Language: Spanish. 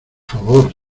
favor